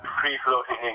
free-floating